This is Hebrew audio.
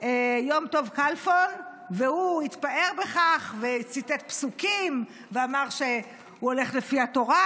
יום טוב כלפון והוא התפאר בכך וציטט פסוקים ואמר שהוא הולך לפי התורה,